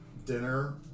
Dinner